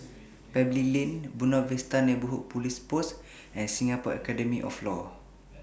Pebble Lane Buona Vista Neighbourhood Police Post and Singapore Academy of law